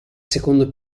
secondo